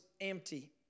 empty